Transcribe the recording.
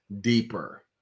deeper